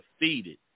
defeated